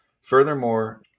Furthermore